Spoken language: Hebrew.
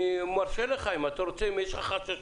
אני מרשה לך אם אתה רוצה, אם יש לך חששות